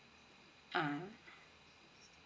ah